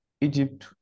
Egypt